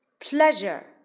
pleasure